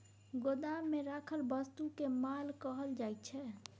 गोदाममे राखल वस्तुकेँ माल कहल जाइत छै